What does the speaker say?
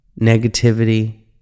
negativity